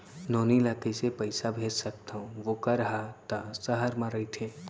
नोनी ल कइसे पइसा भेज सकथव वोकर हा त सहर म रइथे?